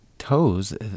toes